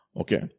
Okay